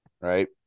right